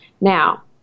Now